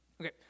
Okay